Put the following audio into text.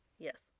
Yes